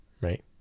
right